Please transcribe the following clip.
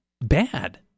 bad